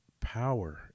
power